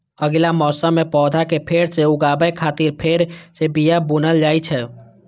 अगिला मौसम मे पौधा कें फेर सं उगाबै खातिर फेर सं बिया बुनल जाइ छै